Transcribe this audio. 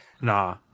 Nah